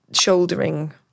shouldering